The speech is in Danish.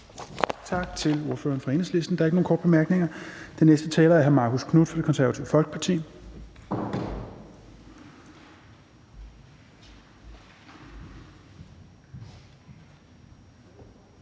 Tak til ordføreren for Enhedslisten. Der er ikke nogen korte bemærkninger. Den næste taler er hr. Marcus Knuth fra Det Konservative Folkeparti.